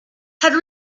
had